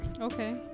okay